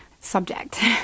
subject